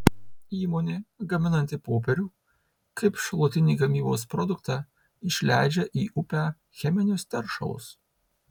įmonė gaminanti popierių kaip šalutinį gamybos produktą išleidžia į upę cheminius teršalus